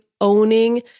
owning